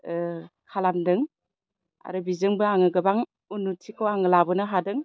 खालामदों आरो बेजोंबो आङो गोबां उन्नुथिखौ आं लाबोनो हादों